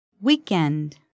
weekend